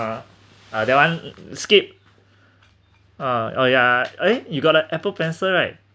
ah ah that one skip uh oh yeah eh you got a Apple pencil right